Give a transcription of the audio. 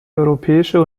europäische